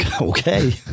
Okay